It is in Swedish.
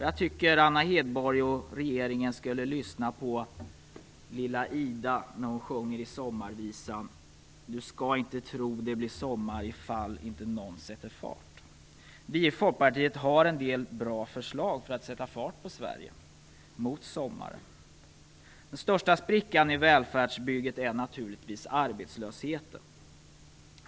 Jag tycker att Anna Hedborg och regeringen skulle lyssna på lilla Ida när hon sjunger i Sommarvisan: Du ska inte tro det blir sommar ifall inte nån sätter fart. Vi i Folkpartiet har en del bra förslag för att sätta fart på Sverige mot sommaren. Den största sprickan i välfärdsbygget är naturligtvis arbetslösheten.